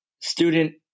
student